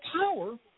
power